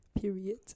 period